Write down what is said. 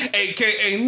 aka